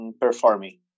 performing